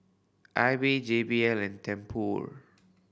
Aibi J B L Tempur